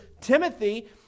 Timothy